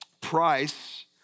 price